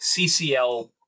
CCL